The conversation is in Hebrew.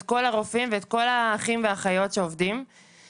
את כל הרופאים ואת כל האחים והאחיות שעובדים בבתי החולים.